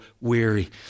weary